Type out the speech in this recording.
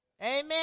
amen